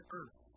earth